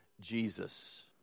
Jesus